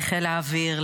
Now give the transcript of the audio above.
לחיל האוויר,